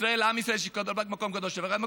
לעם ישראל יש מקום קדוש אחד בלבד,